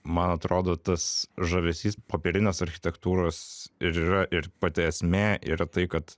man atrodo tas žavesys popierinės architektūros ir yra ir pati esmė yra tai kad